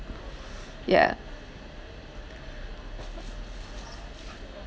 yeah